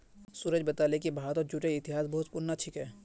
सूरज बताले कि भारतत जूटेर इतिहास बहुत पुनना कि छेक